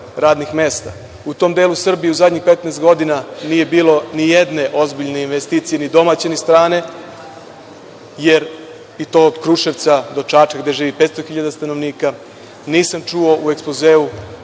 U tom delu Srbije u zadnjih 15 godina nije bilo nijedne ozbiljne investicije, ni domaće ni strane, i to od Kruševca do Čačka gde živi 500 hiljada stanovnika. Nisam čuo u ekspozeu